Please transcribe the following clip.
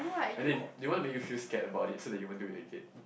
as in they want to make you feel scared about it so that you won't do it again